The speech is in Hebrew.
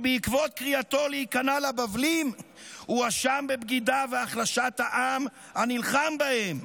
שבעקבות קריאתו להיכנע לבבלים הואשם בבגידה והחלשת העם הנלחם בהם.